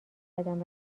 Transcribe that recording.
قدم